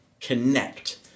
connect